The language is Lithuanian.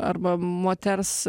arba moters